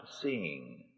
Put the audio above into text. seeing